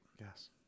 Yes